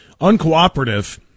uncooperative